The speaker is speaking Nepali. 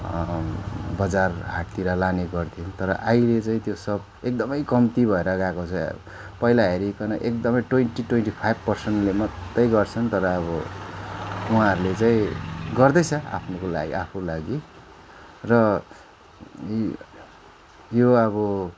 बजार हाटतिर लाने गरिन्थ्यो तर अहिले चाहिँ त्यो सब एकदमै कम्ती भएर गएको छ पहिला हेरिकन एकदमै ट्वेन्टी ट्वेन्टी फाइभ पर्सेन्टले मात्रै गर्छन् तर अब उहाँहरूले चाहिँ गर्दैछ आफ्नोको लागि आफ्नो लागि र यो अब